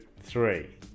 three